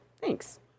thanks